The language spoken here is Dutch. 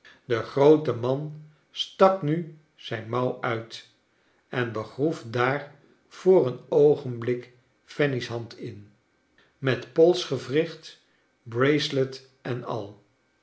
de groote man stak nu zijn mouw uit en begroef daar voor een oogen blik fanny's hand in met pdlsgewricht bracelet en al